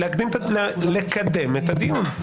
בבקשה לקדם את הדיון.